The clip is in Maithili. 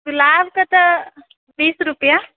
गुलाबके तऽ बीस रुपआ